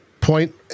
point